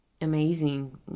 amazing